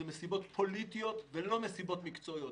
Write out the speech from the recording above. היו מסיבות פוליטיות ולא מסיבות מקצועיות.